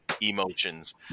emotions